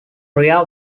ria